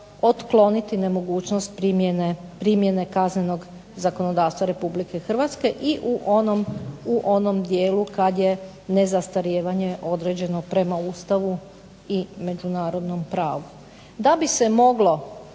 otkloniti nemogućnost primjene kaznenog zakonodavstva RH i u onom dijelu kad je nezastarijevanje određeno prema Ustavu i međunarodnom pravu. Da bi se moglo